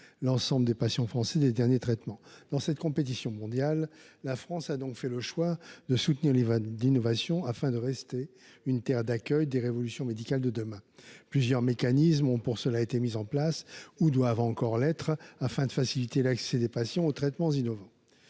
l’ensemble des patients français de bénéficier des derniers traitements. Dans cette compétition mondiale, la France a donc fait le choix de soutenir l’innovation afin de rester une terre d’accueil des révolutions médicales de demain. Plusieurs mécanismes ont été pour cela mis en place, ou doivent encore l’être, afin de faciliter l’accès des patients aux traitements innovants.